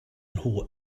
nhw